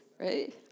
Right